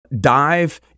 dive